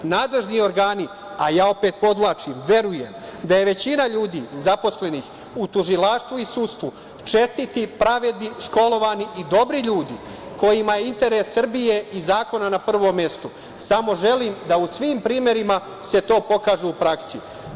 Nadležni organi, a ja opet podvlačim - verujem da je većina ljudi zaposlenih u tužilaštvu i sudstvu čestiti, pravedni, školovani i dobri ljudi, kojima je interes Srbije i zakona na prvom mestu, samo želim da se u svim primerima to pokaže u praksi.